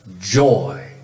joy